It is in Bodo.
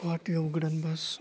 गुवाहाटियाव गोदान बास